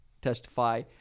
testify